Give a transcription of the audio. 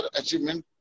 achievement